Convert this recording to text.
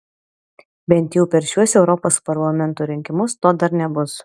bent jau per šiuos europos parlamento rinkimus to dar nebus